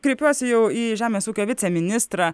kreipiuosi jau į žemės ūkio viceministrą